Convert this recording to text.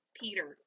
peter